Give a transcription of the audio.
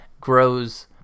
grows